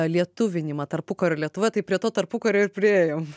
lietuvinimą tarpukario lietuvoj tai prie to tarpukario ir priėjom